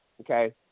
Okay